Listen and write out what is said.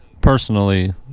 personally